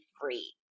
free